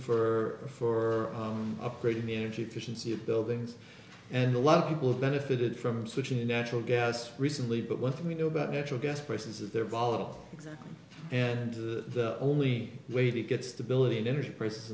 for upgrading the energy efficiency of buildings and a lot of people have benefited from switching to natural gas recently but one thing we know about natural gas prices is they're volatile and the only way to get stability and ener